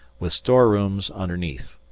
with store rooms underneath.